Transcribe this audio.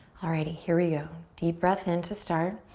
alrighty, here we go. deep breath in to start.